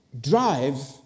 drive